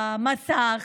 המסך,